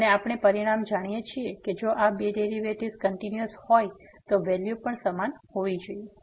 અને આપણે પરિણામ જાણીએ છીએ કે જો આ બે ડેરિવેટિવ્ઝ કંટીન્યુઅસ હોય તો વેલ્યુ પણ સમાન હોવું જોઈએ